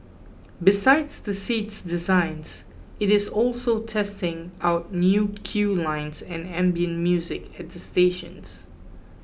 besides the seats designs it is also testing out new queue lines and ambient music at the stations